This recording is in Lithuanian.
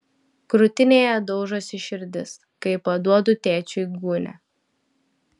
krūtinėje daužosi širdis kai paduodu tėčiui gūnią